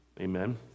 Amen